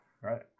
right